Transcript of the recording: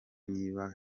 niba